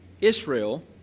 Israel